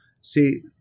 See